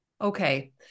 Okay